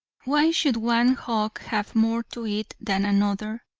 why should one hog have more to eat than another?